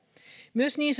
myös niin